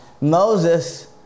Moses